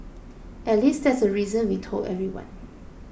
at least that's the reason we told everyone